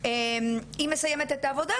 היא מסיימת את העבודה,